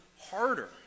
harder